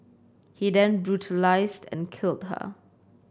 he then brutalised and killed her